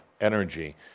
energy